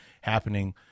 happening